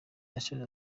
yasoje